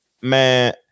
man